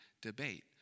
debate